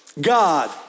God